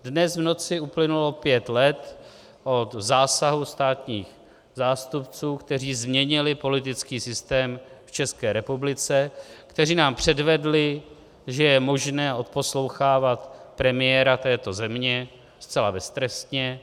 Dnes v noci uplynulo pět let od zásahu státních zástupců, kteří změnili politický systém v České republice, kteří nám předvedli, že je možné odposlouchávat premiéra této země zcela beztrestně.